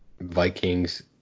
Vikings